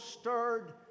stirred